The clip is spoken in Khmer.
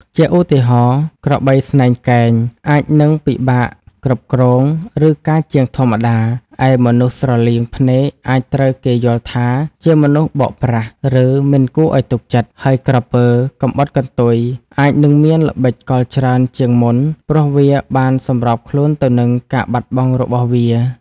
ជាឧទាហរណ៍ ក្របីស្នែងកែងអាចនឹងពិបាកគ្រប់គ្រង ឬកាចជាងធម្មតា ឯមនុស្សស្រលៀងភ្នែកអាចត្រូវគេយល់ថាជាមនុស្សបោកប្រាស់ ឬមិនគួរឲ្យទុកចិត្ត ហើយក្រពើកំបុតកន្ទុយអាចនឹងមានល្បិចកលច្រើនជាងមុនព្រោះវាបានសម្របខ្លួនទៅនឹងការបាត់បង់របស់វា។